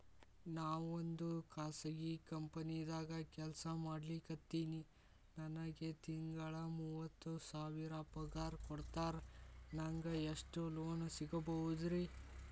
ನಾವೊಂದು ಖಾಸಗಿ ಕಂಪನಿದಾಗ ಕೆಲ್ಸ ಮಾಡ್ಲಿಕತ್ತಿನ್ರಿ, ನನಗೆ ತಿಂಗಳ ಮೂವತ್ತು ಸಾವಿರ ಪಗಾರ್ ಕೊಡ್ತಾರ, ನಂಗ್ ಎಷ್ಟು ಲೋನ್ ಸಿಗಬೋದ ರಿ?